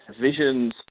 visions